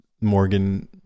Morgan